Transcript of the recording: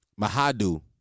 Mahadu